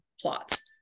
plots